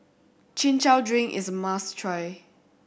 Chin Chow drink is must try